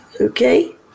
okay